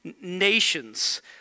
Nations